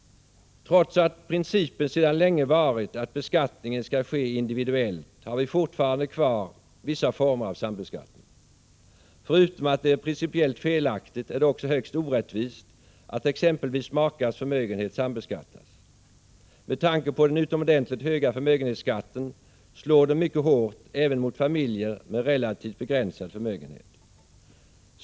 Trots att principen sedan länge varit att beskattningen skall ske individuellt har vi fortfarande kvar vissa former av sambeskattning. Förutom att det är principiellt felaktigt är det också högst orättvist att exempelvis makars förmögenhet sambeskattas. Med tanke på den utomordentligt höga förmögenhetsskatten slår den mycket hårt även mot familjer med relativt begränsad förmögenhet.